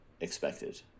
expected